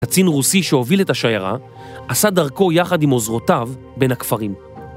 קצין רוסי שהוביל את השיירה, עשה דרכו יחד עם עוזרותיו בין הכפרים.